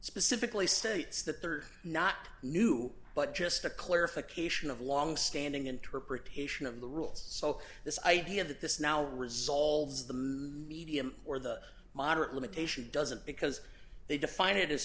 specifically states that they are not new but just a clarification of longstanding interpretation of the rules so this idea that this now resolves d the medium or the moderate limitation doesn't because they define it as